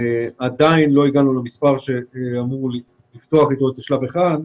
עדיין לא הגענו למספר שאמורים לפתוח אתו את שלב 1,